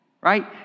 right